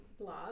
blog